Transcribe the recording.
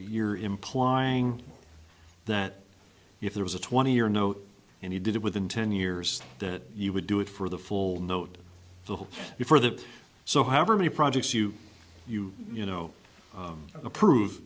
you're implying that if there was a twenty year note and you did it within ten years that you would do it for the full note the hope for the so however many projects you you you know approve